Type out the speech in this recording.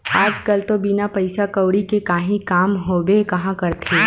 आज कल तो बिना पइसा कउड़ी के काहीं काम होबे काँहा करथे